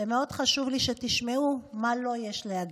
ומאוד חשוב לי שתשמעו מה לו יש להגיד.